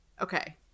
okay